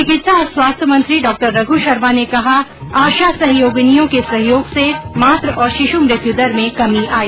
चिकित्सा और स्वास्थ्य मंत्री डॉ रघू शर्मा ने कहा आशा सहयोगिनियों के सहयोग से मातृ और शिशु मृत्यु दर में कमी आई